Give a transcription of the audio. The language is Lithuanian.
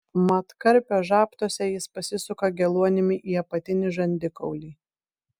mat karpio žabtuose jis pasisuka geluonimi į apatinį žandikaulį